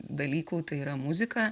dalykų tai yra muzika